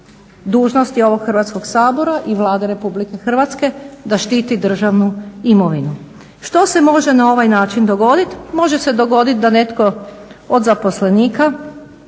dužnost je ovog Hrvatskog sabora i Vlade RH da štiti državnu imovinu. Što se može na ovaj način dogoditi? Može se dogoditi da netko od zaposlenika